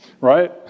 Right